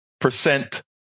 percent